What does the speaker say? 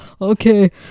okay